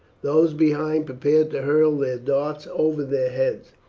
those behind prepared to hurl their darts over their heads.